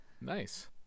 Nice